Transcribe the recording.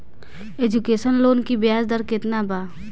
Education loan की ब्याज दर केतना बा?